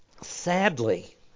sadly